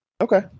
Okay